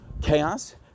chaos